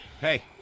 hey